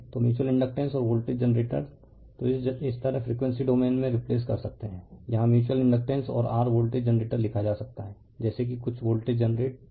तो mutual inductance और voltage generator तो इस तरह फ्रीक्वेंसी डोमेन में रिप्लेस कर सकते हैं यहां म्यूच्यूअल इंडकटेंस और r वोल्टेज जनरेटर लिखा जा सकता है जैसे कि यह कुछ वोल्टेज जनरेट कर रहा है